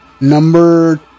number